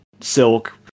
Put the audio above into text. Silk